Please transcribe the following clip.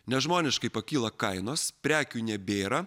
nežmoniškai pakyla kainos prekių nebėra